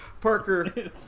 Parker